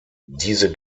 diese